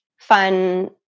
fun